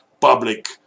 public